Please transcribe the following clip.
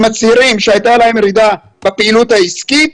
הם מצהירים שהייתה להם ירידה בפעילות העסקית,